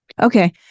Okay